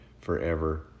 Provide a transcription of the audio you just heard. forever